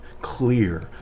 clear